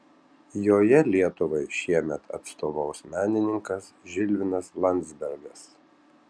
joje lietuvai šiemet atstovaus menininkas žilvinas landzbergas